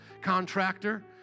contractor